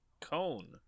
cone